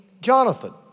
Jonathan